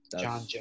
John